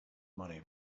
money